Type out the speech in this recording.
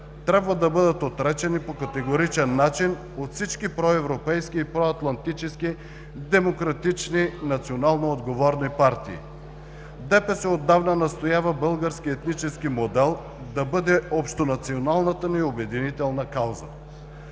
(реплика от народния представител Павел Шопов) от всички проевропейски и проатлантически демократични и национално отговорни партии. ДПС отдавна настоява българският етнически модел да бъде общонационалната ни обединителна кауза